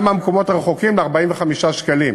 גם מהמקומות הרחוקים, של 45 שקלים.